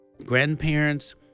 Grandparents